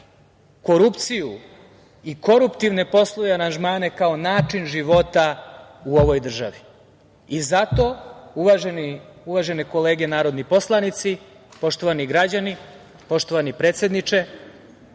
korupciju i koruptivne poslovne aranžmane, kao način života u ovoj državi. Uvažene kolege narodni poslanici, poštovani građani, poštovani predsedniče,